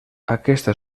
aquesta